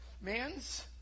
Man's